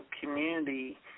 community